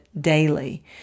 daily